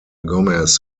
gomez